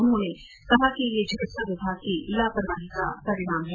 उन्होंने कहा कि यह चिकित्सा विमाग की लापरवाही का परिणाम है